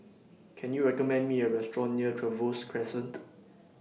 Can YOU recommend Me A Restaurant near Trevose Crescent